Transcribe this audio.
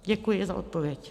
Děkuji za odpověď.